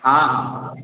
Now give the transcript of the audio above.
ହଁ ହଁ